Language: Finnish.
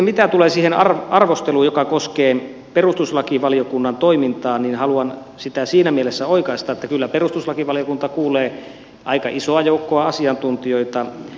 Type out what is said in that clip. mitä tulee siihen arvosteluun joka koskee perustuslakivaliokunnan toimintaa niin haluan sitä siinä mielessä oikaista että kyllä perustuslakivaliokunta kuulee aika isoa joukkoa asiantuntijoita